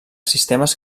sistemes